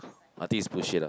I think is bullshit lah